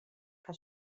que